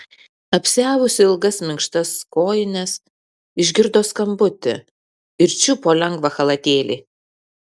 apsiavusi ilgas minkštas kojines išgirdo skambutį ir čiupo lengvą chalatėlį